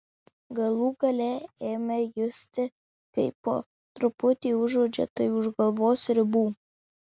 galų gale ėmė justi kaip po truputį užuodžia tai už galvos ribų